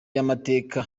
y’amateka